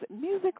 music